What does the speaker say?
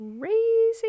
crazy